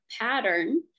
pattern